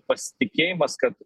pasitikėjimas kad